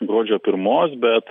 gruodžio pirmos bet